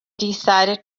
decided